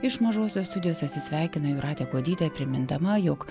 iš mažosios studijos atsisveikino jūratė kuodytė primindama jog